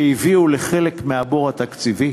שהביאו לחלק מהבור התקציבי,